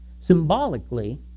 symbolically